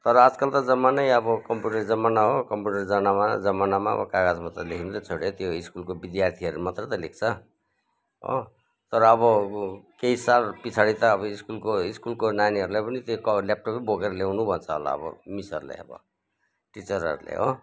तर आजकल त जमानै आबो कम्प्युटर जमाना हो कम्प्युटर जनामा जमानामा अब कागज पत्र लेख्नु त छोढ्यो त्यो स्कुलको बिद्यार्थीहरू मात्र त लेख्छ हो तर अब केही साल पछाडि त अब स्कुलको स्कुलको नानीहरूलाई पनि त्यो क ल्यापटपै बोकेर ल्याउनु भन्छ होला अब मिसहरूले अब टिचरहरूले हो